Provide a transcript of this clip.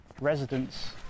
residents